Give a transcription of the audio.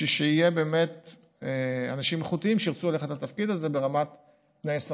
בשביל שיהיו אנשים איכותיים שירצו ללכת לתפקיד הזה ברמת תנאי שכר.